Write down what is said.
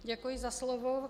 Děkuji za slovo.